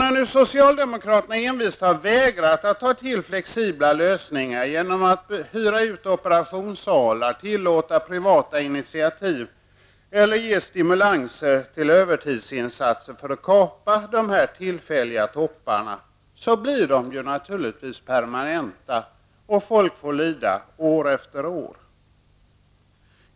När nu socialdemokraterna envist har vägrat att ta till flexibla lösningar genom att hyra ut operationssalar, tillåta privata initiativ eller ge stimulans till övertidsinsatser för att kapa de tillfälliga topparna, blir dessa naturligtvis permanenta, och folk får lida år efter år.